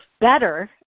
better